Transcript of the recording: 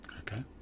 Okay